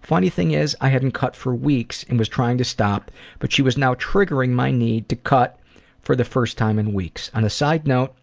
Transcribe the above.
funny thing is i hadn't cut for weeks and was trying to stop but she was now triggering my need to cut for the first time in weeks. on a side note